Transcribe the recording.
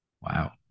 wow